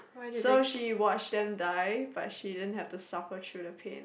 so she watched them die but she didn't have to suffer through the pain